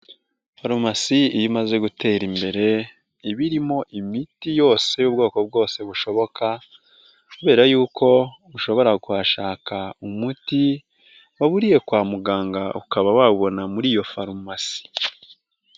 Farumasi iyo imaze gutera imbere, iba rimo imiti yose y'ubwoko bwose bushoboka kubera yuko ushobora kuhashaka umuti waburiye kwa muganga, ukaba wabona muri iyo farumasi.